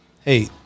hey